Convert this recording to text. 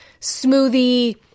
smoothie